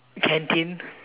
canteen